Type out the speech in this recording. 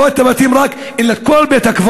לא רק את הבתים אלא את כל בית-הקברות,